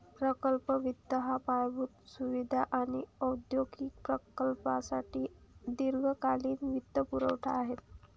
प्रकल्प वित्त हा पायाभूत सुविधा आणि औद्योगिक प्रकल्पांसाठी दीर्घकालीन वित्तपुरवठा आहे